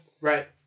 Right